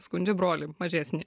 skundžia brolį mažesnį